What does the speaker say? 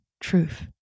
truth